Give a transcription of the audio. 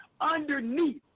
underneath